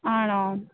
ആണോ